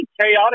chaotic